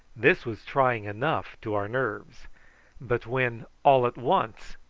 this was trying enough to our nerves but when, all at once,